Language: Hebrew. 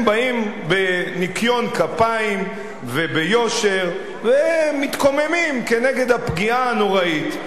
הם באים בניקיון כפיים וביושר ומתקוממים כנגד הפגיעה הנוראית.